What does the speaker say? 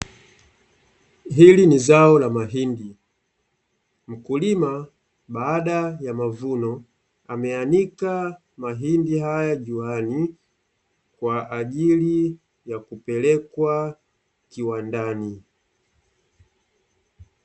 Hili ni zao la mahindi, mkulima baada ya mavuno ameanika mahindi hayo juani kwa ajili ya kupelekwa kiwandani.